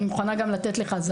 אני מוכנה גם לתת לך את זה,